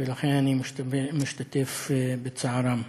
ואני משתתף בצערם.